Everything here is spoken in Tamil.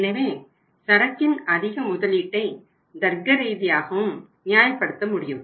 எனவே சரக்கின் அதிக முதலீட்டை தர்க்க ரீதியாகவும் நியாயப்படுத்த முடியும்